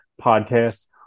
podcasts